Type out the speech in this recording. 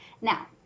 Now